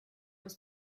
was